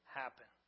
happen